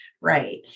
right